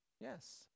Yes